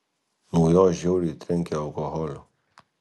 nuo jo žiauriai trenkia alkoholiu